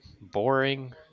boring